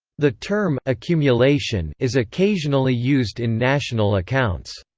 the term accumulation is occasionally used in national accounts.